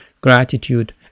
gratitude